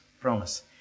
Promise